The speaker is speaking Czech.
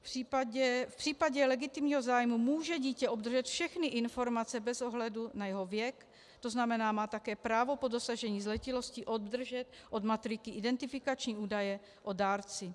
V případě legitimního zájmu může dítě obdržet všechny informace bez ohledu na jeho věk, tzn. má také právo po dosažení zletilosti obdržet od matriky identifikační údaje o dárci.